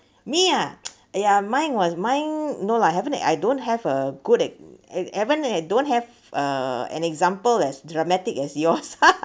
me ah ya mine was mine no lah haven't I don't have a good e~ I haven't eh don't have a an example as dramatic as yours